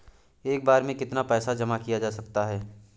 एक बार में कितना पैसा जमा किया जा सकता है?